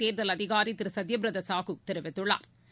தேர்தல் அதிகாரி திரு சத்யபிரதா சாகு தெரிவித்துள்ளாா்